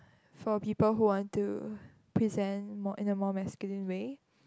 for a people who want to present more in a more masculine way